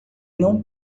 não